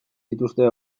dituzten